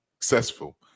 successful